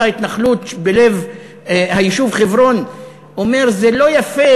ההתנחלות בלב היישוב חברון אומר "זה לא יפה,